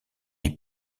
est